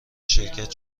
شرکت